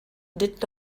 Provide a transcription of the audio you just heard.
did